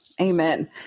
Amen